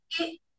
Okay